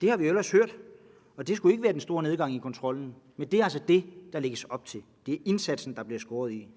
Vi har ellers hørt, at der ikke skulle være den store nedgang i kontrollen, men det er altså det, der lægges op til. Det er indsatsen, der bliver skåret i.